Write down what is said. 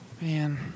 Man